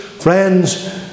Friends